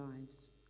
lives